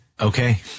Okay